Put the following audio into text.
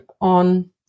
on